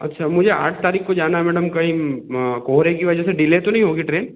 अच्छा मुझे आठ तारीख को जाना है मैडम कहीं कोहरे की वजह से डिले तो नहीं होगी ट्रेन